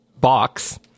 box